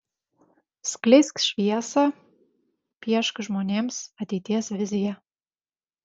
skleisk šviesą piešk žmonėms ateities viziją